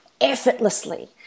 effortlessly